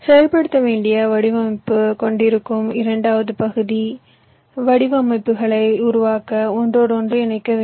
செயல்படுத்த வேண்டிய வடிவமைப்பைக் கொண்டிருக்கும் இரண்டாவது பகுதியில் வடிவமைப்புகளை உருவாக்க ஒன்றோடொன்று இணைக்க வேண்டும்